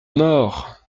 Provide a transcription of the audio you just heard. mort